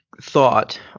thought